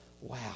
wow